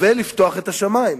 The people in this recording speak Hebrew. ולפתוח את השמים.